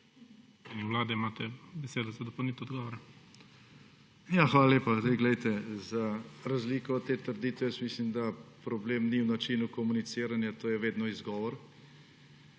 Hvala lepa. Poglejte, za razliko od te trditve jaz mislim, da problem ni v načinu komuniciranja. To je vedno izgovor.